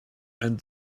and